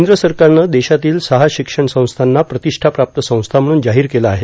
केंद्र सरकारनं देशातील सहा शिक्षणसंस्थांना प्रतिष्ठाप्राप्त संस्था म्हणून जाहीर केलं आहे